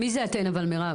מי זה אתן אבל מירב?